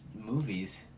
Movies